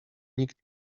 nikt